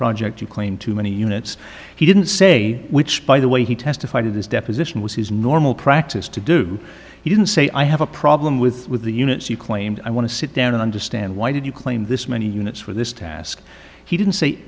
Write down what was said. project you claim too many units he didn't say which by the way he testified to this deposition was his normal practice to do he didn't say i have a problem with with the units you claimed i want to sit down and understand why did you claim this many units for this task he didn't see